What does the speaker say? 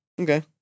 Okay